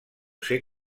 ser